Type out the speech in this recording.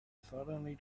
suddenly